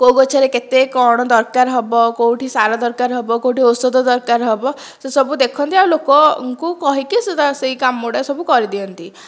କେଉଁ ଗଛରେ କେତେ କ'ଣ ଦରକାର ହେବ କେଉଁଠି ସାର ଦରକାର ହେବ କେଉଁଠି ଔଷଧ ଦରକାର ହେବ ସେ ସବୁ ଦେଖନ୍ତି ଆଉ ଲୋକଙ୍କୁ କହିକି ସେ ତାଙ୍କ ସେହି କାମ ଗୁଡ଼ା ସବୁ କରିଦିଅନ୍ତି